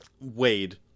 Wade